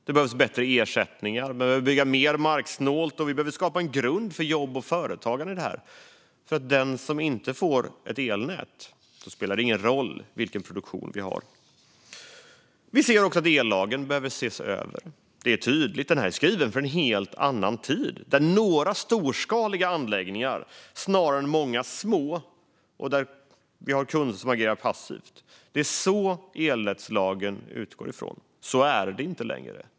Det behövs bättre ersättningar, och vi behöver bygga mer marksnålt. Vi behöver också skapa en grund för jobb och företagande. För den som inte får ett elnät spelar det ju ingen roll vilken produktion vi har. Ellagen behöver ses över. Det är tydligt att den är skriven för en helt annan tid, med några storskaliga anläggningar snarare än många små och med kunder som agerar passivt. Det är detta elnätslagen utgår ifrån, och så här är det inte längre.